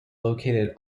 located